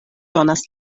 donas